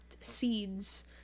seeds